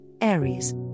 Aries